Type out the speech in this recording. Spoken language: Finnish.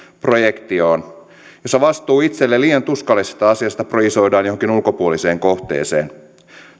projektioon jossa vastuu itselle liian tuskallisesta asiasta projisoidaan johonkin ulkopuoliseen kohteeseen